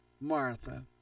Martha